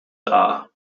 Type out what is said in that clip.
are